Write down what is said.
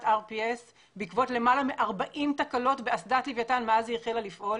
RPS בעקבות למעלה מ-40 תקלות באסדת לוויתן מאז שהיא החלה לפעול.